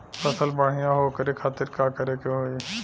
फसल बढ़ियां हो ओकरे खातिर का करे के होई?